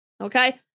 okay